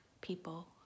people